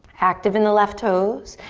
active in the left toes.